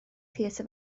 theatr